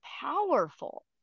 powerful